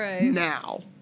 now